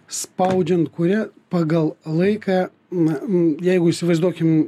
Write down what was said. spaudžiant kuria pagal laiką na m jeigu įsivaizduokim